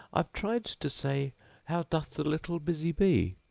i've tried to say how doth the little busy bee,